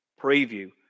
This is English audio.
preview